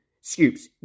Scoops